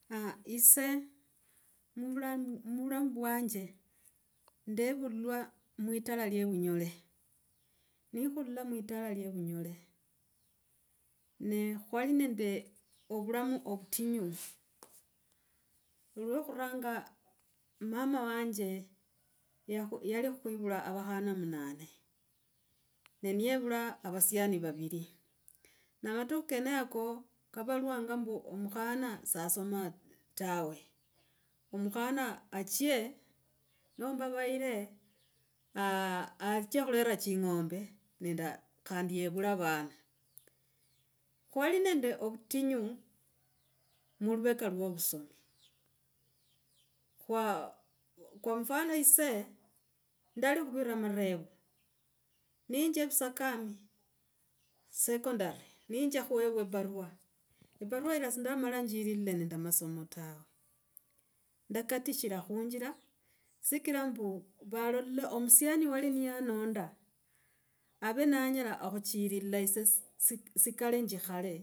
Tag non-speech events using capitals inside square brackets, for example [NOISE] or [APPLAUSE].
[HESITATION] iso muvulamu vwanje, ndevulwa mulitala iye evunyole. Nikhula muitala lye evunyole. Ne khwali nedne ovulamu ovutinyu. Lwo khuranga mama wanje yakho, yalikhwivula avakhana munane na niyevula asasiania vaviri. Na amatukhu kenako kavalwanga ombu omukhana sasoma tawe. Omukhana achie nomba vayire, aah achie khulera ching’ombe nende, khandi yevule avana, khwali nende ovutinyo muluveka iwo ovusomi. Khwa kwa mfano ise, ndali khuvira amarevo, ninja evusakari secondary, ninja khuerwa [HESITATION] barua ebarua ila sindalama njililile nenge masomo tawe. Ndakatishila khunjila sikra mbu valole omusiani wali niyananda ave nanyola okhuchilila ise si sikale njikhale.